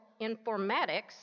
informatics